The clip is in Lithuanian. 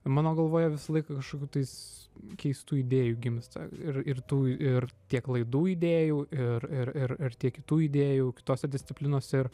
mano galvoje visą laiką kašokių tais keistų idėjų gimsta ir ir tų ir tiek laidų idėjų ir ir ir ir tiek kitų idėjų tose disciplinose ir